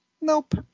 Nope